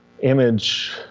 image